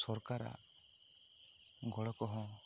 ᱥᱚᱨᱠᱟᱨᱟᱜ ᱜᱚᱲᱚ ᱠᱚᱦᱚᱸ